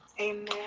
Amen